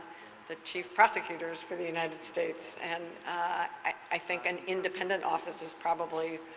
the chief prosecutors for the united states. and i think an independent office is probably